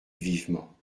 vivement